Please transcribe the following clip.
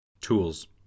Tools